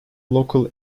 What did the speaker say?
local